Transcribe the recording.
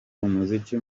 umuziki